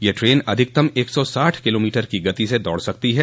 यह ट्रेन अधिकतम एक सौ साठ किलोमीटर की गति से दौड़ सकती है